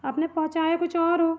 आपने पहुँचाया कुछ और हो